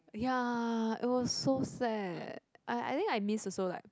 ya it was so sad I I think I miss also like